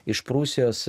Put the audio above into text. iš prūsijos